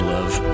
Love